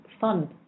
fun